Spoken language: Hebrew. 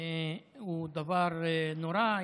דבר נורא.